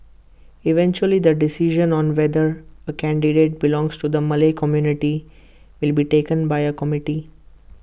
eventually the decision on whether A candidate belongs to the Malay community will be taken by A committee